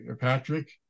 Patrick